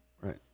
Right